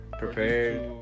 prepared